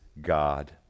God